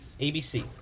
ABC